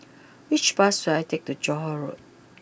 which bus should I take to Johore Road